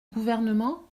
gouvernement